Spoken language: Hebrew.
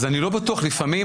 אז אני לא בטוח, לפעמים.